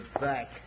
back